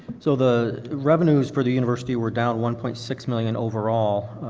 so the revenues for the university we're down one point six million overall,